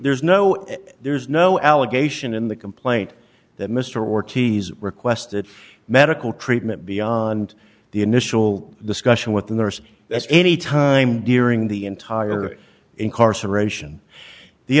there's no there's no allegation in the complaint that mr ortiz requested medical treatment beyond the initial discussion with the nurse that any time during the entire incarceration the